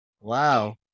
Wow